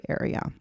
area